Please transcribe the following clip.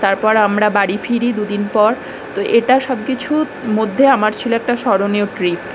তারপর আমরা বাড়ি ফিরি দু দিন পর তো এটা সব কিছু মধ্যে আমার ছিল একটা স্মরণীয় ট্রিপ